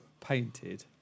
painted